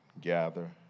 gather